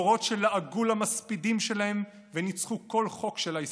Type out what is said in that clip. דורות שלעגו למספידים שלהם וניצחו כל חוק של ההיסטוריה,